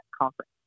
conference